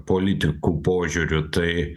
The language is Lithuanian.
politikų požiūriu tai